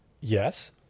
Yes